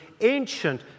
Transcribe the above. ancient